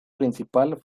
principal